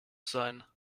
sein